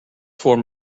form